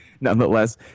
nonetheless